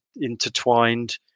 intertwined